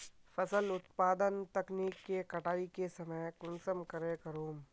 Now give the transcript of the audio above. फसल उत्पादन तकनीक के कटाई के समय कुंसम करे करूम?